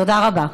תודה רבה.